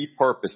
repurpose